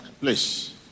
place